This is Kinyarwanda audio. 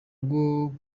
rwo